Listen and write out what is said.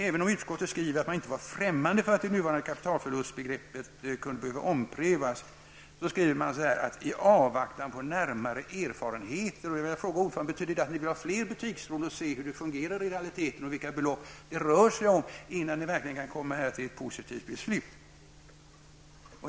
Även om utskottet skriver att man inte är främmande för att det nuvarande kapitalförlustbegreppet skulle kunna behöva omprövas så skriver man: ''I avvaktan på närmare erfarenheter --.'' Jag frågade ordföranden om det betyder att man vill ha fler butiksrån för att kunna se hur det fungerar i realiteten och för att se vilka belopp det rör sig om, innan man kan komma till ett positivt beslut.